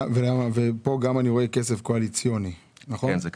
פה גם אני רואה כסף קואליציוני, נכון?